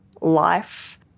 life